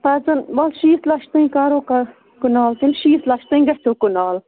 پَتہٕ زَن وَل شیتھ لَچھ تانۍ کَرو کنال کِنۍ شیٖتھ لَچھ تانۍ گژھیو کنال